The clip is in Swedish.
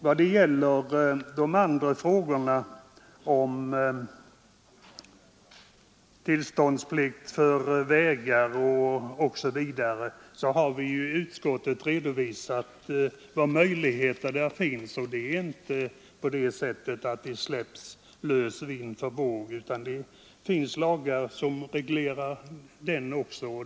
Vad gäller frågorna om tillståndsplikt för vägar osv. har vi i utskottet redovisat de möjligheter som finns och vi har inte släppt dem lösa vind för våg. Det finns lagar som reglerar detta också.